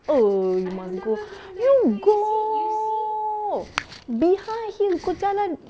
oh you must go you go behind here kau jalan